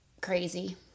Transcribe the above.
crazy